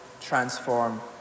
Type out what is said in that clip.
transform